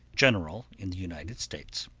general in the united states.